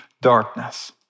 darkness